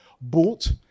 bought